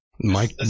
Mike